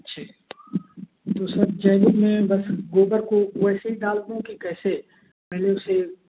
जी दूसरा जैविक में बस गोबर को वैसे ही डाल दूँ कि कैसे पहले उसे